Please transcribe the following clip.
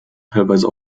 teilweise